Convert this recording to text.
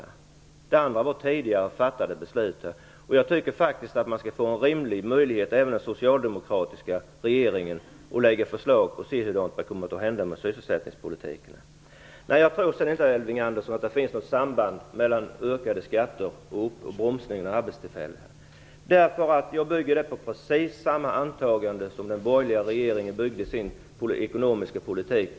Det som annars gäller är tidigare fattade beslut. Jag tycker att även den socialdemokratiska regeringen skall få en rimlig möjlighet att lägga fram förslag och se vad som kommer att hända med sysselsättningspolitiken. Jag påstår inte att det finns något samband mellan höjda skatter och bromsningen av arbetstillfällena. Jag bygger det på precis samma antagande som den borgerliga regeringen byggde sin ekonomiska politik på.